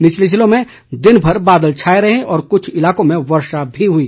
निचले जिलों में दिनभर बादल छाए रहे और कुछ इलाकों में वर्षा भी हुई